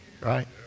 Right